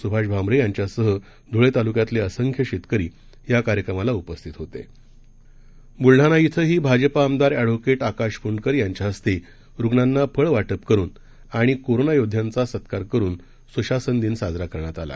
स्भाषभामरेयांच्यासहध्ळेताल्क्यातलेअसंख्यशेतकरीयाकार्यक्रमालाउपस्थितहोते ब्लडाणा इथंही भाजपा आमदार एडव्होकेट आकाश फ्ंडकर यांच्या हस्ते रुग्णांना फळवाटप करुन आणि कोरोना योदध्यांचा सत्कार करुन स्शासन दिन साजरा करण्यात आला